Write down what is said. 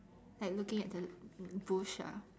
like looking at the bush ah